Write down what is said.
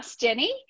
jenny